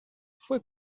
fue